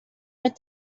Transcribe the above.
with